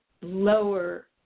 lower